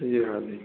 जी हाँ जी